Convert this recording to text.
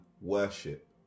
worship